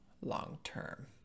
long-term